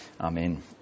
Amen